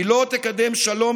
היא לא תקדם שלום,